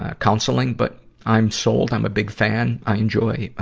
ah counseling, but i'm sold. i'm a big fan. i enjoy, ah,